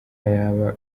yaba